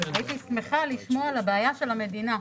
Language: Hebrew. הייתי שמחה לשמוע על הבעיה של המדינה.